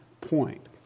point